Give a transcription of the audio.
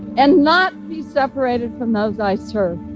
and not be separated from those i serve.